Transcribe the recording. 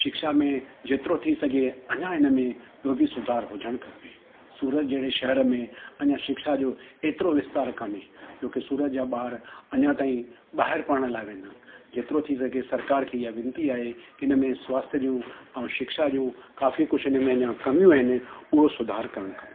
शिक्षा में जेतिरो थी सघे अञां हिनमें ॿियो बि सुधारु हुजणु खपे सूरत जहिड़े शहर में अञां शिक्षा जो एतिरो विस्तार कोने छोकी सूरत जा ॿार अञां ताईं ॿाहिरि पढ़णु लाइ वेंदा इन जेतिरो थी सघे सरकार खे ईअं विनती आहे के हिनमें स्वास्थ्य जूं ऐं शिक्षा जो काफ़ी कुझु हिनमें अञां कमियूं आहिनि उहो सुधारु करणु खपे